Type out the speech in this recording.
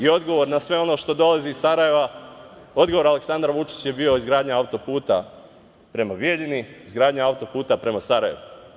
Odgovor na sve ono što dolazi iz Sarajeva Aleksandra Vučića je bio izgradnja autoputa prema Bijeljini, izgradnja autoputa prema Sarajevu.